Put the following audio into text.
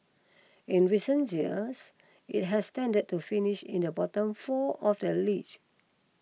in recent years it has tended to finish in the bottom four of the league